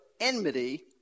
enmity